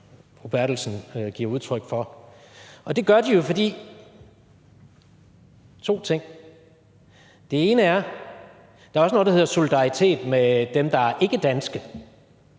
Berthelsen giver udtryk for. Og det gør de jo af to grunde: Den ene er, at der også er noget, der hedder solidaritet med dem, der er ikkedanske,